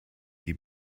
die